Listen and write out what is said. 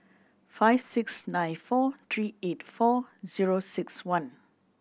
five six nine four three eight four zero six one